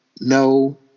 no